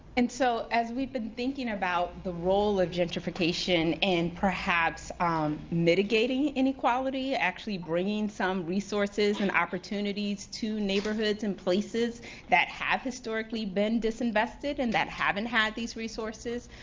and so, as we've been thinking about the role of gentrification, and perhaps um mitigating inequality, actually bringing some resources and opportunities to neighborhoods and places that have historically been dis invested and that haven't had these resources,